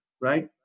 right